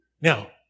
Now